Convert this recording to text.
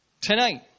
Tonight